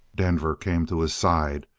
denver came to his side,